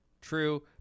True